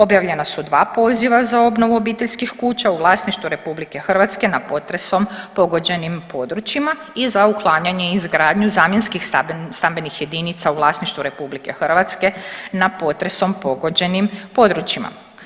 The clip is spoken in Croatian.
Objavljena su 2 poziva za obnovu obiteljskih kuća u vlasništvu RH na potresom pogođenim područjima i za uklanjanje i izgradnju zamjenskih stambenih jedinica u vlasništvu RH na potresom pogođenim područjima.